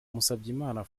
musabyimana